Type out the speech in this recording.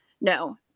no